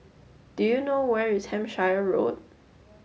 do you know where is Hampshire Road